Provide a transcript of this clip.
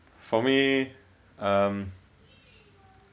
for me um